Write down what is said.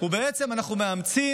ובעצם אנחנו מאמצים